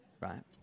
Right